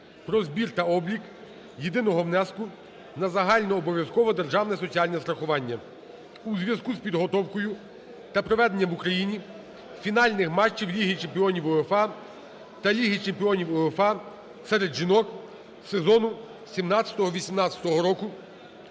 "Про збір та облік єдиного внеску на загальнообов'язкове державне соціальне страхування" у зв'язку з підготовкою та проведенням в Україні фінальних матчів Ліги чемпіонів УЄФА та Ліги чемпіонів УЄФА серед жінок сезону 2017-2018 року